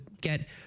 get